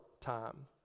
time